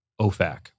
OFAC